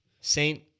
Saint